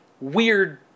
weird